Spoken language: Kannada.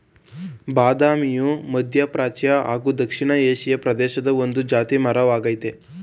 ಬಾದಾಮಿಯು ಮಧ್ಯಪ್ರಾಚ್ಯ ಹಾಗೂ ದಕ್ಷಿಣ ಏಷಿಯಾ ಪ್ರದೇಶದ ಒಂದು ಜಾತಿ ಮರ ವಾಗಯ್ತೆ